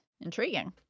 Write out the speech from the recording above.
Intriguing